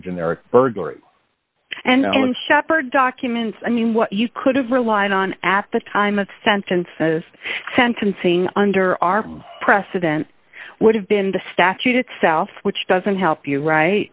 generic burglary and shepherd documents i mean what you could have relied on at the time of the sentences sentencing under our precedent would have been the statute itself which doesn't help you write